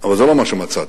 אבל זה לא מה שמצאתי.